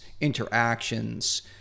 interactions